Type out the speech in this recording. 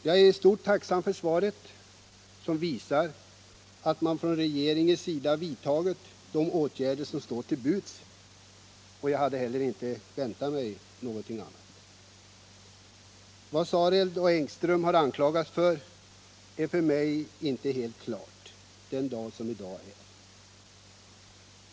Jag är i stort tacksam för svaret, som visar att man från regeringens sida vidtagit de åtgärder som stått till buds — och jag hade heller inte väntat mig något annat. Vad Sareld och Engström har anklagats för är för mig inte helt klart —- den dag som i dag är.